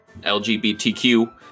LGBTQ